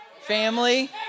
Family